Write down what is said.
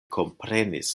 komprenis